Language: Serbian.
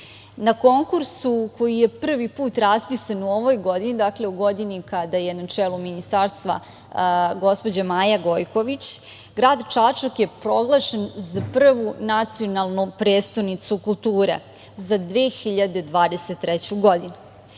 konkursu koji je prvi put raspisan u ovoj godini, dakle, u godini kada je na čelu Ministarstva gospođa Maja Gojković, grad Čačak je proglašen za prvu nacionalnu prestonicu kulture za 2023. godinu.